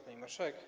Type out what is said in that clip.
Pani Marszałek!